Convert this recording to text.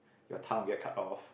your tongue will get cut off